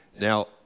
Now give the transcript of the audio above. Now